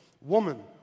Woman